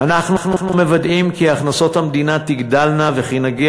אנחנו מוודאים כי הכנסות המדינה תגדלנה וכי נגיע